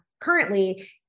currently